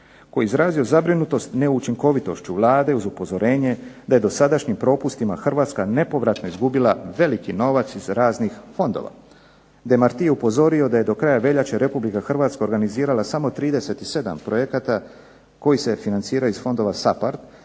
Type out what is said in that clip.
je izrazio zabrinutost neučinkovitošću Vlade uz upozorenje da je dosadašnjim propustima Hrvatska nepovratno izgubila veliki novac iz raznih fondova. DEmarti je upozorio da je do kraja veljače Republika Hrvatska organizirala samo 37 projekata koji se financiraju iz fondova SAPARD